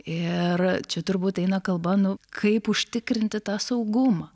ir čia turbūt eina kalba nu kaip užtikrinti tą saugumą